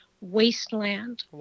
wasteland